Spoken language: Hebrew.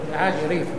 אלכוהולי),